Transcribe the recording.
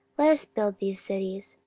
let us build these cities,